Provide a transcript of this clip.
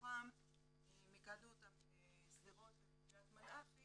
מתוכן מיקדנו אותן בשדרות וקריית מלאכי